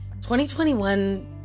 2021